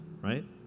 right